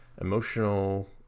emotional